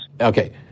Okay